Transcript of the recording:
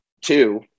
two